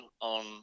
on